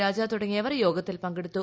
രാജ തുടങ്ങിയവർ യോഗത്തിൽ പങ്കെടുത്തു